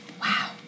Wow